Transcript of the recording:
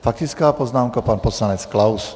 Faktická poznámka, pan poslanec Klaus.